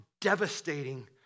devastating